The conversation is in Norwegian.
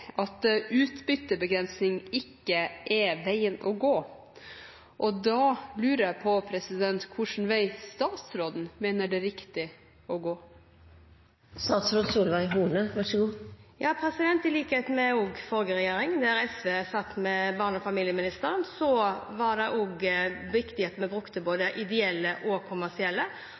at utbyttebegrensning ikke er veien å gå. Da lurer jeg på hvilken vei statsråden mener det er riktig å gå. I likhet med det forrige regjering gjorde, der SV satt med barne- og familieministeren, er det også viktig at vi bruker både ideelle og kommersielle.